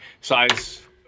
size